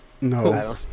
No